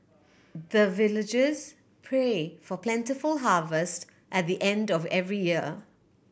the villagers pray for plentiful harvest at the end of every year